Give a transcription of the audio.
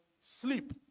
sleep